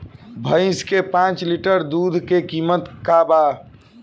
भईस के पांच लीटर दुध के कीमत का बा?